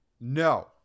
No